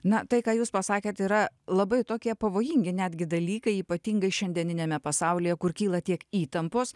na tai ką jūs pasakėt yra labai tokie pavojingi netgi dalykai ypatingai šiandieniniame pasaulyje kur kyla tiek įtampos